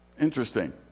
Interesting